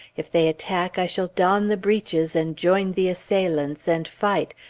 if they attack, i shall don the breeches, and join the assailants, and fight,